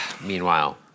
Meanwhile